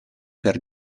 per